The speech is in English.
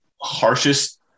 harshest